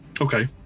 Okay